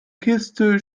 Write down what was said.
kiste